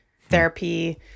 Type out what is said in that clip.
therapy